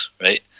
right